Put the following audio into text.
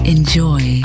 Enjoy